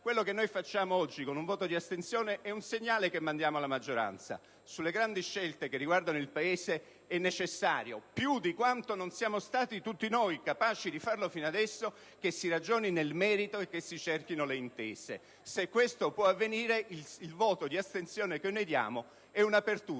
Quello che mandiamo oggi con un voto di astensione è un segnale alla maggioranza: sulle grandi scelte che riguardano il Paese è necessario, più di quanto non siamo stati tutti noi capaci di fare finora, che si ragioni nel merito e si cerchino le intese. Se questo può avvenire, il voto di astensione che noi diamo è un'apertura